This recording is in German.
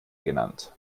genannt